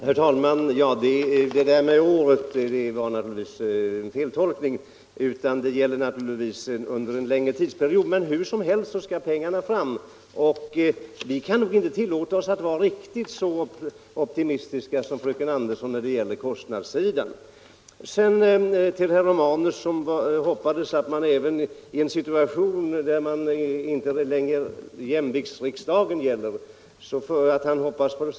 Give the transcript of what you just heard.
Herr talman! Det där med 400 milj.kr. om året var naturligtvis en feltolkning — det gäller en längre tidsperiod. Men hur som helst skall pengarna fram. Vi kan inte tillåta oss att vara riktigt så optimistiska som fröken Andersson när det gäller kostnaderna. Herr Romanus hoppades på samma goda samarbete i utskottet även it en situation då det inte längre råder jämvikt i riksdagen. Det gör jag också.